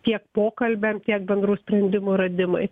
tiek pokalbiam tiek bendrų sprendimų radimui